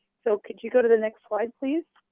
so can you go to the next slide please?